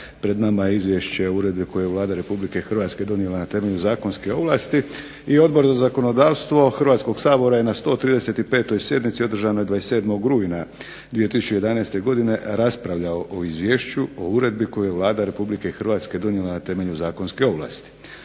Pred nama je Izvješće o Uredbi koju je Vlada Republike Hrvatske donijela na temelju zakonske ovlasti. Odbor za zakonodavstvo Hrvatskoga sabora je na 135. sjednici održanoj 27. rujna 2011. godine raspravljao o Izvješću o Uredbi koju je Vlada Republike Hrvatske donijela na temelju zakonske ovlasti,